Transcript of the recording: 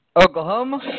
Oklahoma